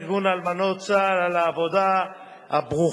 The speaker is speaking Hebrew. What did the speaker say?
יושבת-ראש ארגון אלמנות צה"ל, על העבודה הברוכה.